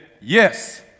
yes